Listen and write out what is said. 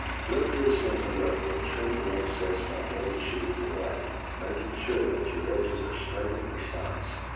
flip the assembly over and trim the excess magnetic sheating away making sure that your edges are straight and precise.